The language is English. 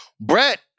Brett